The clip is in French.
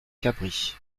cabris